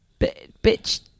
bitch